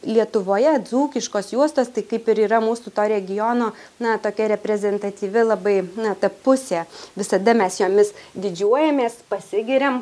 lietuvoje dzūkiškos juostos tai kaip ir yra mūsų to regiono na tokia reprezentatyvi labai na ta pusė visada mes jomis didžiuojamės pasigiriam